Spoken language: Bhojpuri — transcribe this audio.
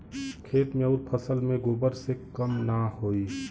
खेत मे अउर फसल मे गोबर से कम ना होई?